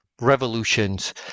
revolutions